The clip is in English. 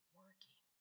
working